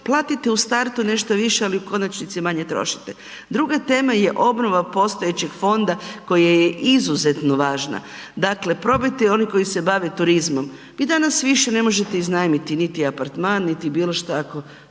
Platite u startu nešto više, ali u konačnici manje trošite. Druga tema je obnova postojećeg fonda koja je izuzetno važna. Dakle, probajte i oni koji se bave turizmom. Vi danas više ne možete iznajmiti niti apartman niti bilo što ako